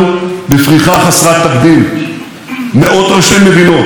חברי פרלמנט בכירים מגיעים בכל שנה לישראל.